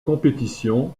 compétition